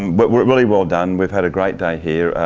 but well, really well done, we've had a great day here.